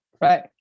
Right